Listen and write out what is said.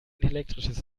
elektrisches